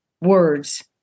words